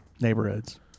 Neighborhoods